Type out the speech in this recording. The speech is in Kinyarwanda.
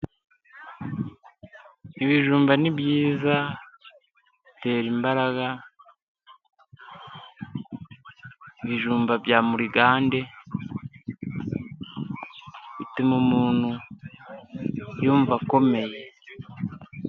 Ibijumba ni byiza ,bitera imbaraga ,ibijumba bya Murigande bituma umuntu yumva akomeye.